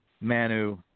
Manu